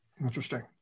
Interesting